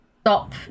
stop